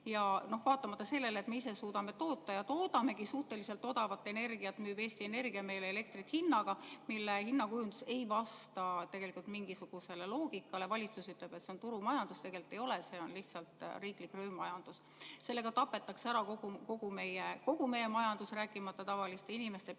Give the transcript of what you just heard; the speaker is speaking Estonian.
Vaatamata sellele, et me ise suudame toota ja toodamegi suhteliselt odavat energiat, müüb Eesti Energia elektrit hinnaga, mille hinnakujundus ei vasta tegelikult mingisugusele loogikale. Valitsus ütleb, et see on turumajandus, tegelikult ei ole, see on lihtsalt riiklik röövmajandus. Sellega tapetakse ära kogu meie majandus, rääkimata tavaliste inimeste, perede